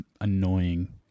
annoying